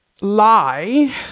lie